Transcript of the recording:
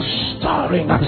starring